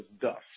dust